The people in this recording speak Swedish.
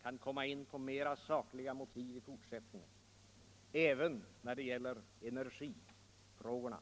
skall få se mera av motiveringar med sakligt underlag i fortsättningen — även när det gäller energifrågorna.